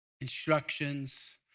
instructions